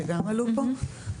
שגם עלו פה?